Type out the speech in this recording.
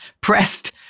pressed